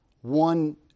one